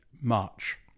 March